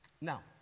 Now